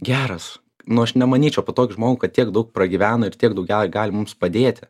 geras nu aš nemanyčiau apie tokį žmogų kad tiek daug pragyveno ir tiek daug gali mums padėti